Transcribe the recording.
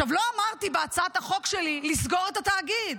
עכשיו, לא אמרתי בהצעת החוק שלי לסגור את התאגיד.